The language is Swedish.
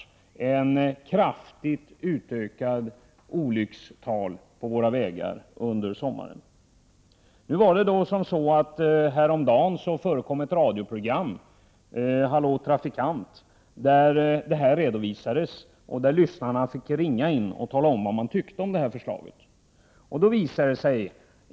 1988/89:104 olyckstal ute på våra vägar under sommaren. 26 april 1989 Häromdagen redovisades dessa saker i radioprogrammet Hallå trafikant. Lyssnarna fick ringa upp och tala om vad de tyckte om det framlagda förslaget.